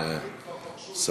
יש אורחים ביציע,